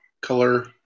color